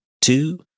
two